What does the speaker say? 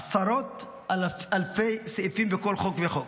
עשרות אלפי סעיפים בכל חוק וחוק.